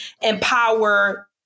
empower